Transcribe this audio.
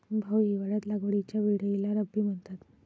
भाऊ, हिवाळ्यात लागवडीच्या वेळेला रब्बी म्हणतात